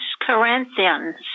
Corinthians